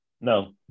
No